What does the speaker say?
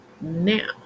Now